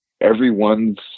everyone's